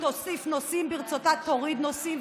תוסיף נושאים, ברצותה תוריד נושאים.